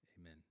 Amen